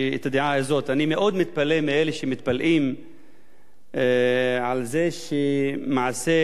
על אלה שמתפלאים על זה שמעשים מטורפים מהסוג שהיה